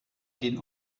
den